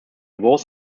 was